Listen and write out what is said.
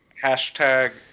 hashtag